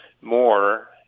more